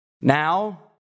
Now